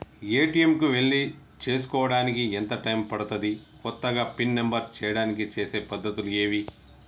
ATM కు వెళ్లి చేసుకోవడానికి ఎంత టైం పడుతది? కొత్తగా పిన్ నంబర్ చేయడానికి చేసే పద్ధతులు ఏవి?